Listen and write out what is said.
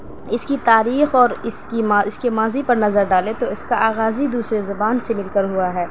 اس کی تاریخ اور اس کی ماں اس کے ماضی پر نظر ڈالیں تو اس کا آغاز ہی دوسرے زبان سے مل کر ہوا ہے